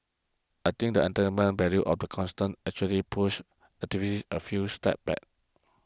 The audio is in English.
I think that entertainment value of the actually pushed activism a few steps back